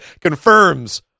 confirms